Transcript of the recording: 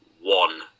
one